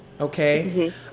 Okay